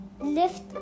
lift